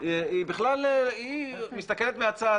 בכלל היא מסתכלת מהצד,